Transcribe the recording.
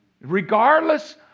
Regardless